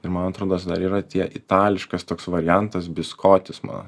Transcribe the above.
ir man atrodos dar yra tie itališkas toks variantas biskotis man